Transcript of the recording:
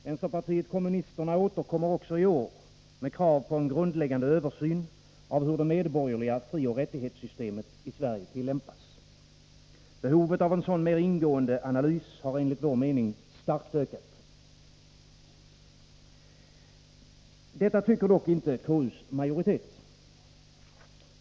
Herr talman! Vänsterpartiet kommunisterna återkommer också i år med krav på en grundläggande översyn av hur det medborgerliga frioch rättighetssystemet i Sverige tillämpas. Behovet av en sådan mer ingående analys har enligt vår mening starkt ökat. Det tycker dock inte KU:s majoritet.